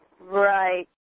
Right